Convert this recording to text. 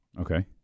Okay